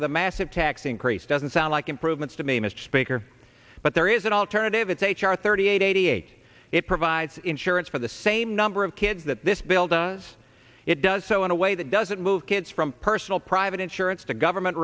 with a massive tax increase doesn't sound like improvements to me mr speaker but there is an alternative it's h r thirty eight eighty eight it provides insurance for the same number of kids that this bill does it does so in a way that doesn't move kids from personal private insurance to government